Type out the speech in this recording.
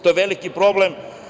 To je veliki problem.